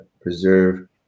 preserve